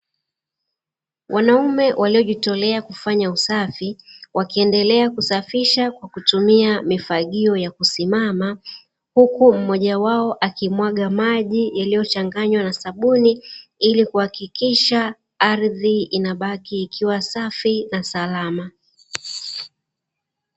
Wanaume waliojitolea kufanya usafi, wakiendelea kusafisha kwa kutumia mifagio ya kusimama, huku mmoja wao akimwaga maji yaliyochanganywa na sabuni ili kuhakikisha ardhi inabaki ikiwa safi na salama.